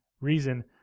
reason